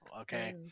okay